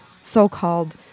so-called